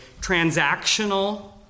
transactional